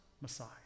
Messiah